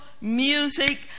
music